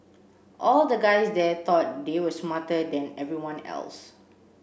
all the guys there thought they were smarter than everyone else